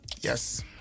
yes